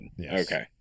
Okay